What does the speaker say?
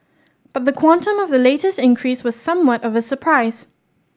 but the quantum of the latest increase was somewhat of a surprise